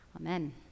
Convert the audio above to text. Amen